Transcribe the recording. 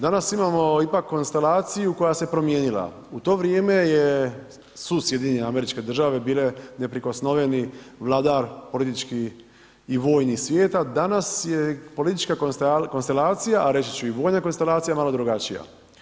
Danas imamo ipak konstelaciju koja se promijenila, u to vrijeme su SAD bile neprikosnoveni vladar politički i vojni svijeta, a danas je politička konstelacija, a reći ću i vojna konstelacija malo drugačija.